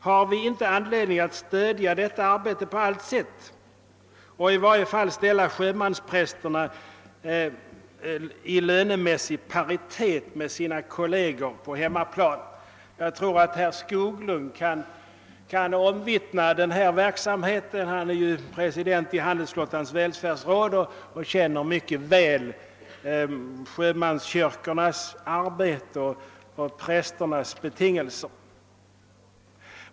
Har vi inte anledning att på allt sätt stödja detta arbete och i varje fall ställa sjömansprästerna i lönemässig paritet med deras kolleger på hemmaplan? Jag tror att herr Skoglund kan vittna om den här verksamheten, eftersom han är pre sident i Handelsflottans välfärdsråd och mycket väl känner till sjömanskyrkornas arbete och prästernas betingelser.